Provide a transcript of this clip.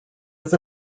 was